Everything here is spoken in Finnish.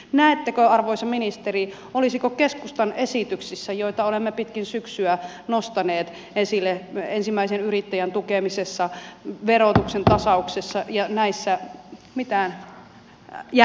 näettekö arvoisa ministeri olisiko keskustan esityksissä joita olemme pitkin syksyä nostaneet esille ensimmäisen yrittäjän tukemisessa verotuksen tasauksessa ja näissä mitään järkeä